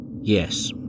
Yes